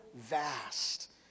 vast